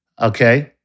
Okay